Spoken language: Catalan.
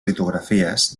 litografies